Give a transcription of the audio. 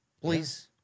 Please